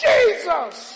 Jesus